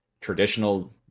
traditional